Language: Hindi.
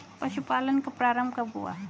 पशुपालन का प्रारंभ कब हुआ?